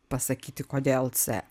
pasakyti kodėl c